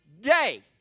day